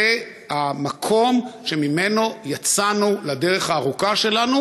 זה המקום שממנו יצאנו לדרך הארוכה שלנו